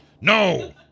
No